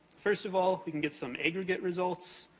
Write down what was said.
first of all, we can get some aggregate results.